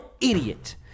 idiot